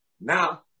Now